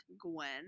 gwen